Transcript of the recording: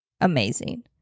amazing